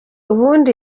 ubundi